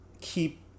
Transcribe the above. keep